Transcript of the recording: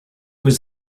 was